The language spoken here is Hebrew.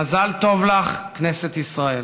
מזל טוב לך, כנסת ישראל.